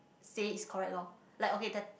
say it's correct lor like okay